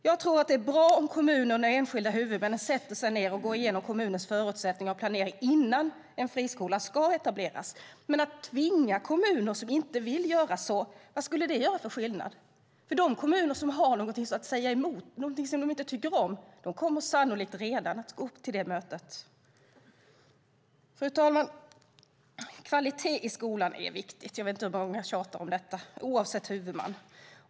Jag tror att det är bra om kommunerna och de enskilda huvudmännen sätter sig ned och går igenom kommunens förutsättning och planering innan en friskola ska etableras. Vad skulle det göra för skillnad att tvinga kommuner som inte vill göra så? De kommuner som har någonting de inte tycker om kommer sannolikt redan att gå upp till det mötet. Fru talman! Kvalitet i skolan är viktigt - jag vet inte hur många gånger jag har tjatat om detta - oavsett huvudman.